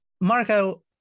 Marco